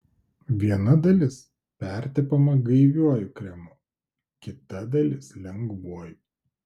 viena dalis pertepama gaiviuoju kremu kita dalis lengvuoju